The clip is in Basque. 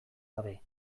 gabe